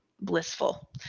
blissful